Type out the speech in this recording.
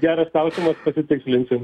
geras klausimas pasitikslinsim